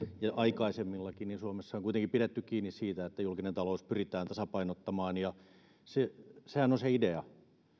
ja aikaisemmillakin suomessa on kuitenkin pidetty kiinni siitä että julkinen talous pyritään tasapainottamaan sehän on se idea